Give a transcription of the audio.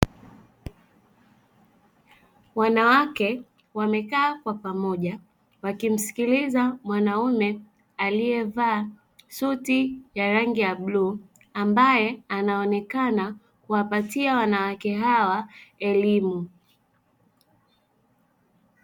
Wanawake wamekaa kwa pamoja wakimsikiliza mwanamume aliyevaa suti ya rangi ya bluu ambaye anaonekana kuwapatia wanawake hawa elimu.